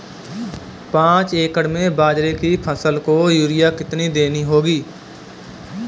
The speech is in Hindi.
पांच एकड़ में बाजरे की फसल को यूरिया कितनी देनी होगी?